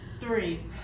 three